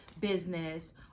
business